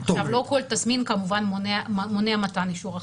לא כל תסמין כמובן מונע מתן אישור החלמה.